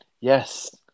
yes